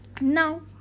Now